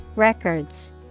Records